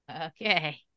Okay